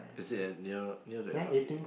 is it near near the m_r_t eh